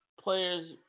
players